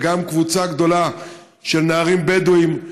וגם קבוצה גדולה של נערים בדואים,